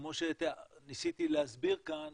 כמו שניסיתי להסביר כאן,